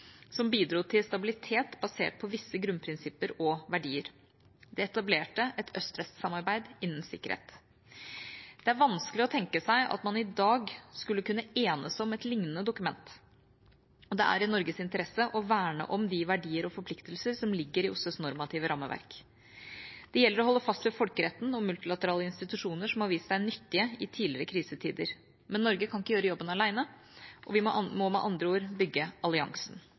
som bidro til stabilitet basert på visse grunnprinsipper og verdier. Det etablerte et øst–vest-samarbeid innen sikkerhet. Det er vanskelig å tenke seg at man i dag skulle kunne enes om et liknende dokument, og det er i Norges interesse å verne om de verdier og forpliktelser som ligger i OSSEs normative rammeverk. Det gjelder å holde fast ved folkeretten og multilaterale institusjoner som har vist seg nyttige i tidligere krisetider. Men Norge kan ikke gjøre jobben alene. Vi må med andre ord bygge